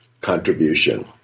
contribution